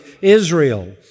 Israel